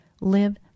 Live